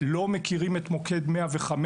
לא מכירים את מוקד 105,